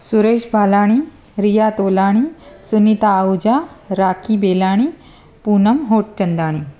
Suresh Balani Riya Tolani Sunita Ahuja Rakhi Belani Poonam Hotchandani